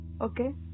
Okay